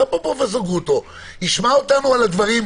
בואו נעשה את זה.